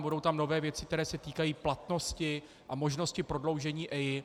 Budou tam nové věci, které se týkají platnosti a možnosti prodloužení EIA.